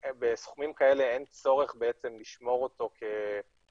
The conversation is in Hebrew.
בסכומים כאלה אין צורך בעצם לשמור אותו כאיזה